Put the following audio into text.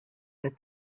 the